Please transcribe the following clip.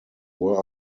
were